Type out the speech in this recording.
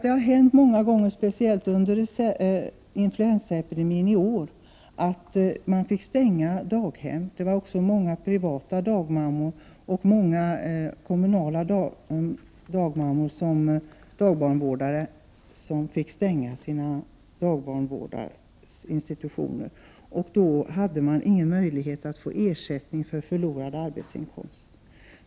Det har hänt många gånger, speciellt under influensaepidemin i år, att daghem har fått stängas. Också många privata dagmammor och kommunala dagbarnvårdare har stängt sina institutioner. Då har föräldrarna inte fått någon ersättning för förlorad arbetsinkomst.